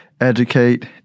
educate